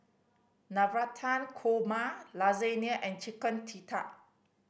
Navratan Korma Lasagne and Chicken Tikka